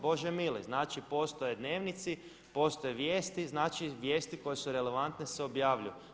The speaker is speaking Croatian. Bože mili, znači postoje dnevnici, postoje vijesti, znači vijesti koje su relevantne se objavljuju.